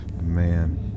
Man